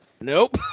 nope